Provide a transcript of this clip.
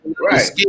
right